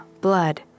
blood